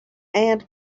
and